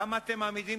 למה אתם מעמידים